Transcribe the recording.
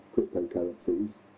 cryptocurrencies